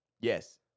Yes